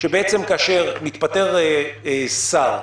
שכאשר מתפטר שר,